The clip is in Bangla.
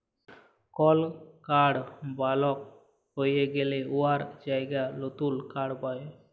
কল কাড় বলক হঁয়ে গ্যালে উয়ার জায়গায় লতুল কাড় পায়